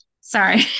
sorry